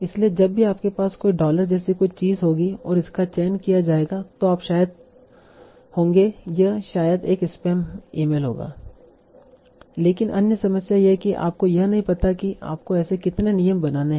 इसलिए जब भी आपके पास डॉलर जैसी कोई चीज होगी और इसका चयन किया जाएगा तो आप शायद होंगे यह शायद एक स्पैम ईमेल होगा लेकिन अन्य समस्या यह है कि आपको यह नहीं पता है कि आपको ऐसे कितने नियम बनाने हैं